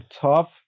tough